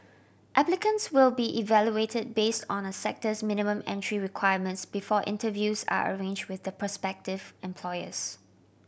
applicants will be evaluated based on a sector's minimum entry requirements before interviews are arranged with the prospective employers